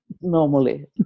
Normally